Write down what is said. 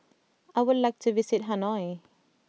I would like to visit Hanoi